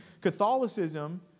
Catholicism